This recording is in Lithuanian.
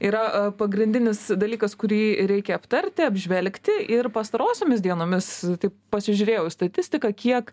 yra pagrindinis dalykas kurį reikia aptarti apžvelgti ir pastarosiomis dienomis taip pasižiūrėjau į statistiką kiek